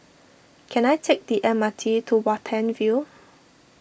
can I take the M R T to Watten View